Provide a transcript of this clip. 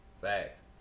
Facts